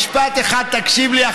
משפט אחד תקשיב לי,